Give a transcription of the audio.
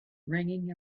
ringing